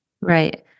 Right